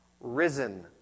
risen